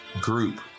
group